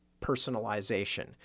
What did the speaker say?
personalization